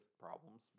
problems